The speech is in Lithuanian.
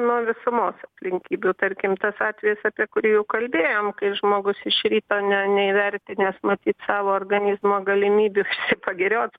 nuo visumos aplinkybių tarkim tas atvejis apie kurį jau kalbėjom kai žmogus iš ryto ne neįvertinęs matyt savo organizmo galimybių išsipagirioti